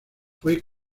fue